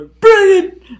brilliant